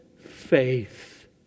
faith